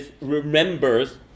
remembers